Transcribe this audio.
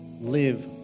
Live